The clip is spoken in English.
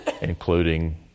Including